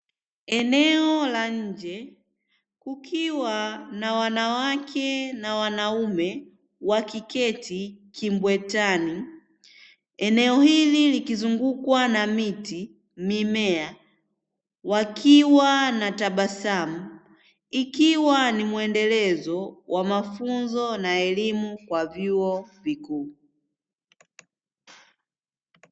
Eneo la nje kukiwa na wanawake na wanaume wakiketi kimbwetani. Eneo hili likizungukwa na miti, mimea, wakiwa na tabasamu, ikiwa ni mwendelezo wa mafunzo na elimu kwa vyuo vikuu.